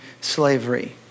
slavery